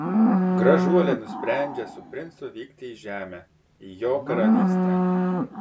gražuolė nusprendžia su princu vykti į žemę į jo karalystę